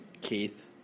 Keith